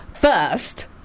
first